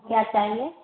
क्या चाहिए